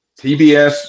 TBS –